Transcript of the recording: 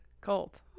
Cult